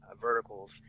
verticals